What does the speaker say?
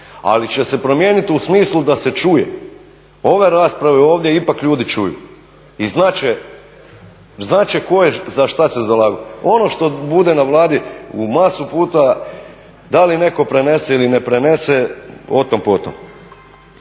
ali će se promijeniti u smislu da se čuje. Ove rasprave ovdje ipak ljudi čuju. I znati će, znati će tko je za šta se zalagao. Ono što bude na Vladi u masu puta da li netko prenese ili ne prenese otom potom.